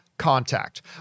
contact